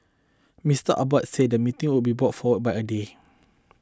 Mister Abbott said the meeting will be brought forward by a day